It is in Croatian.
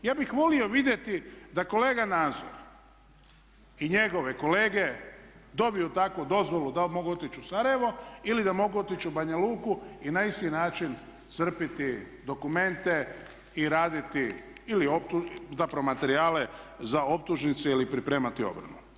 Ja bih volio vidjeti da kolega Nazor i njegove kolege dobiju takvu dozvolu da mogu otići u Sarajevo ili da mogu otići u Banja Luku i na isti način crpiti dokumente i raditi, zapravo materijale za optužnice ili pripremati obranu.